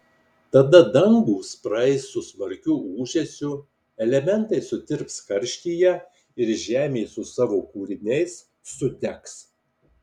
tada dangūs praeis su smarkiu ūžesiu elementai sutirps karštyje ir žemė su savo kūriniais sudegs